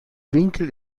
winkel